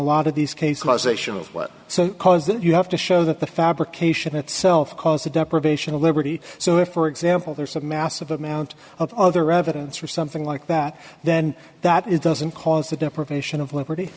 lot of these cases ational what so cause that you have to show that the fabrication itself caused a deprivation of liberty so if for example there's a massive amount of other evidence for something like that then that it doesn't cause the deprivation of liberty